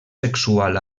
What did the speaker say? sexual